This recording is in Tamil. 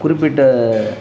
குறிப்பிட்ட